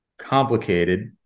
complicated